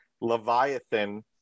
Leviathan